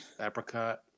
Apricot